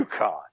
UConn